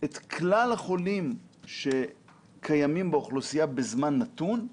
את כלל החולים שקיימים באוכלוסייה בזמן נתון,